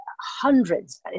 hundreds